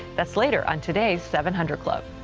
that's later on today's seven hundred club.